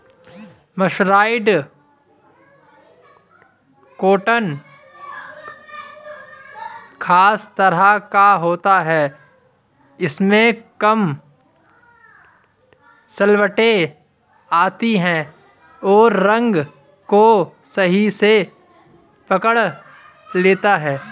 mercerised cotton खास तरह का होता है इसमें कम सलवटें आती हैं और रंग को सही से पकड़ लेता है